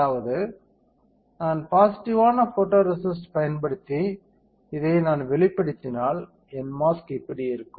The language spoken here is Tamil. அதாவது நான் பாசிட்டிவ்வான ஃபோட்டோரேசிஸ்ட் பயன்படுத்தி இதை நான் வெளிப்படுத்தினால் என் மாஸ்க் இப்படி இருக்கும்